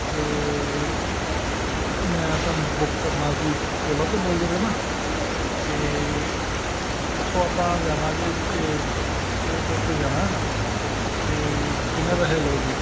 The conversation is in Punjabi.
ਅਤੇ ਮੈਂ ਤੁਹਾਨੂੰ ਬੁੱਕ ਕਰਨਾ ਸੀ ਓਲਾ ਤੋਂ ਬੋਲਦੇ ਪਏ ਨਾ ਅਤੇ ਇੱਥੋਂ ਆਪਾਂ ਜਾਣਾ ਜੇ ਇਹ ਏਅਰਪੋਰਟ 'ਤੇ ਜਾਣਾ ਅਤੇ ਕਿੰਨੇ ਪੈਸੇ ਲਉਗੇ